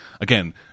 again